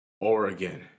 Oregon